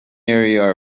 area